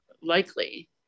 likely